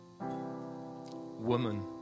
Woman